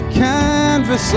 canvas